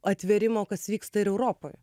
atvėrimo kas vyksta ir europoj